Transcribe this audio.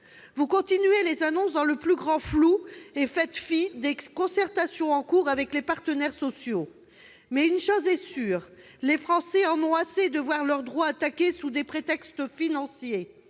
Vous continuez les annonces dans le plus grand flou et vous faites fi des concertations en cours avec les partenaires sociaux, mais une chose est sûre : les Français en ont assez de voir leurs droits attaqués sous des prétextes financiers.